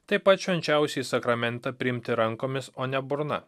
taip pat švenčiausiąjį sakramentą priimti rankomis o ne burna